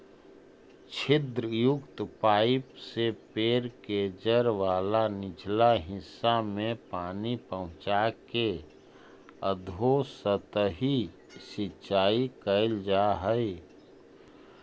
छिद्रयुक्त पाइप से पेड़ के जड़ वाला निचला हिस्सा में पानी पहुँचाके अधोसतही सिंचाई कैल जा हइ